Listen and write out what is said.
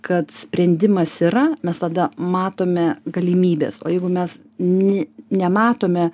kad sprendimas yra mes tada matome galimybes o jeigu mes ne nematome